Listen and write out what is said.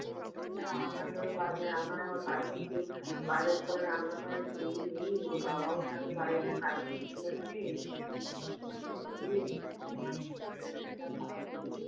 সমস্যা আমাদেরও আমার আবার বাড়িতে কেউ বাজার করার রান্না করার কেউই নেই ওর বাবাও থাকে বাইরে কাজ করতে গেছে কি যে হবে ভীষণ খারাপ হয়ে যাচ্ছে